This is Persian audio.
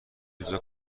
روزا